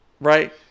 right